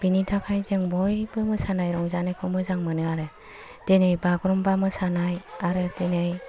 बेनि थाखाय जों बयबो मोसानाय रंजानायखौ मोजां मोनो आरो दिनै बागुरुमबा मोसानाय आरो दिनै